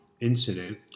incident